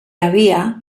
havia